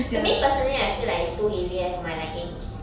to me personally I feel like it's too heavy eh for my liking